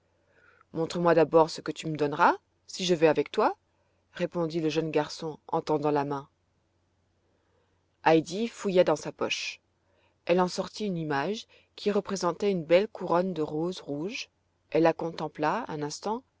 montre-moi d'abord ce que tu me donneras si je vais avec toi répondit le jeune garçon en tendant la main heidi fouilla dans sa poche elle en sortit une image qui représentait une belle couronne de roses rouges elle la contempla un instant